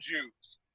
Jews